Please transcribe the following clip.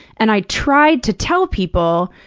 and i tried to tell people,